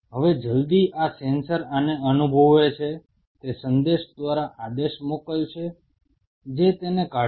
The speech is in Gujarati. હવે જલદી આ સેન્સર આને અનુભવે છે તે સંદેશ દ્વારા આદેશ મોકલશે જે તેને કાઢશે